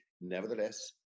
nevertheless